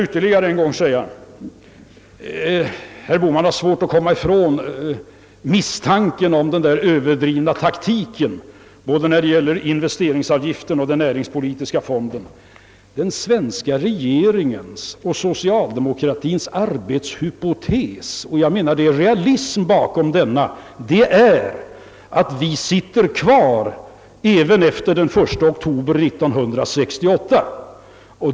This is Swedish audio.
Herr Bohman har svårt att komma ifrån misstanken om den överdrivna taktiken både när det gäller investeringsavgiften och den näringspolitiska fonden. Den svenska regeringens och socialdemokraternas arbetshypotes — och jag anser att bakom denna finns realism — är att vi sitter kvar även efter den 1 oktober 1968.